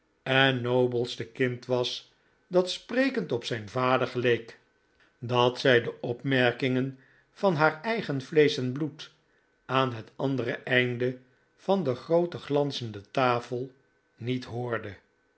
en nobelste kind was dat sprekend op zijn vader geleek dat zij de opmerkingen van haar eigen vleesch en bloed aan het andere einde van de groote glanzende tafel niet hoorde